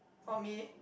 for me